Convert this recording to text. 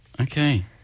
Okay